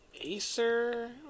Acer